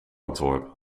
ontworpen